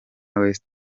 west